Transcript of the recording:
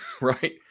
right